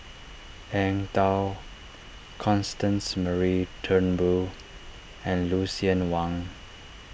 Eng Tow Constance Mary Turnbull and Lucien Wang